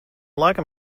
laikam